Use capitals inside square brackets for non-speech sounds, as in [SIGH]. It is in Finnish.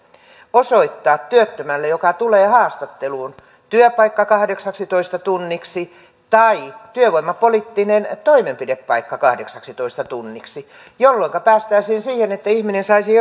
osoittaa työttömälle joka tulee haastatteluun työpaikka kahdeksaksitoista tunniksi tai työvoimapoliittinen toimenpidepaikka kahdeksaksitoista tunniksi jolloinka päästäisiin siihen että ihminen saisi [UNINTELLIGIBLE]